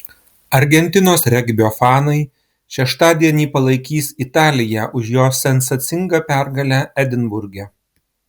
argentinos regbio fanai šeštadienį palaikys italiją už jos sensacingą pergalę edinburge